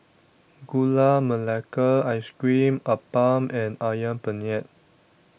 Gula Melaka Ice Cream Appam and Ayam Penyet